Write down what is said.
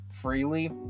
freely